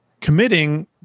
committing